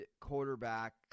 quarterback